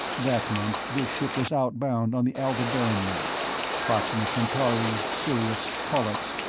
that meant this ship was outbound on the aldebaran run proxima centauri, sirius, pollux,